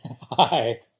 Hi